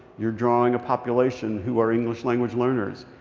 you're drawing a population who are english language learners.